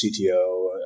CTO